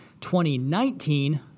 2019